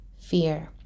fear